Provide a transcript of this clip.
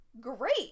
great